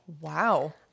Wow